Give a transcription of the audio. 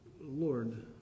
Lord